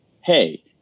Hey